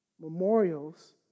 Memorials